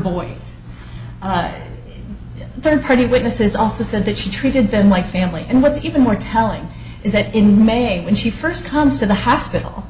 boy third party witnesses also said that she treated them like family and what's even more telling is that in may when she first comes to the hospital